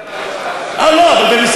אני לא מדבר על,